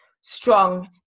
strong